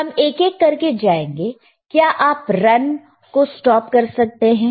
हम एक एक करके जाएंगे क्या आप रन को स्टॉप कर सकते हैं